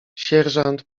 sierżant